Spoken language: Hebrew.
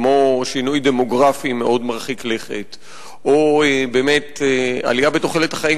כמו שינוי דמוגרפי מאוד מרחיק לכת או באמת עלייה בתוחלת החיים,